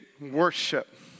worship